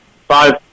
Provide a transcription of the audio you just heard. five